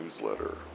newsletter